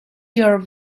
your